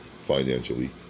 financially